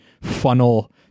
funnel